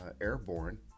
Airborne